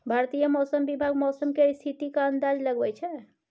भारतीय मौसम विभाग मौसम केर स्थितिक अंदाज लगबै छै